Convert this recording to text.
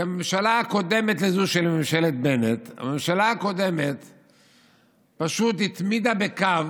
הממשלה הקודמת לממשלת בנט פשוט התמידה בקו